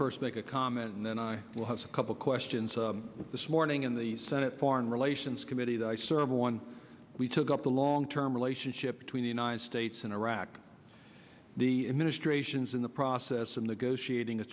first make a comment and then i will have a couple questions this morning in the senate foreign relations committee that i serve one we took up the long term relationship between the united states and iraq the administration's in the process of negotiating a